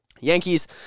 Yankees